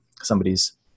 somebody's